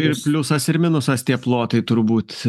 ir pliusas ir minusas tie plotai turbūt